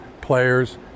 players